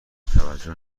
توجه